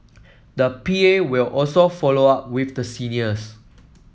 the P A will also follow up with the seniors